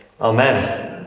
Amen